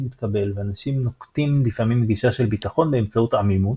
מתקבל ואנשים נוקטים לפעמים בגישה של ביטחון באמצעות עמימות,